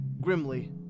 Grimly